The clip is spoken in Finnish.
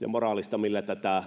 ja moraalista millä tätä